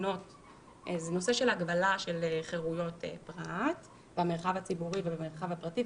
וזה נושא של הגבלה של חירויות פרט במרחב הציבורי ובמרחב הפרטי,